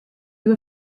you